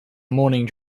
morning